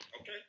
Okay